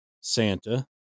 Santa